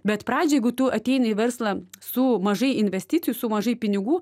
bet pradžiai jeigu tu ateini į verslą su mažai investicijų su mažai pinigų